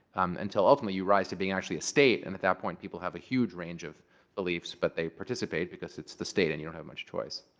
until ultimately, you rise to being, actually, a state. and at that point, people have a huge range of beliefs but they participate, because it's the state and you don't have much choice.